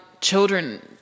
children